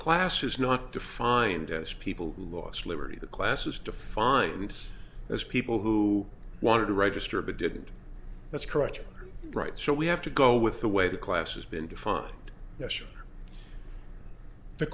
class is not defined as people who lost liberty the classes defined as people who wanted to register but didn't that's correct or right so we have to go with the way the class has been define